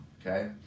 okay